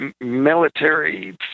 military